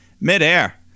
midair